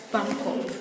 Bangkok